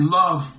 love